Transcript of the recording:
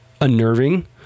unnerving